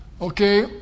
Okay